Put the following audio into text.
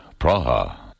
Praha